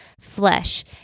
flesh